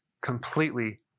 completely